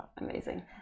Amazing